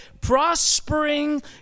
prospering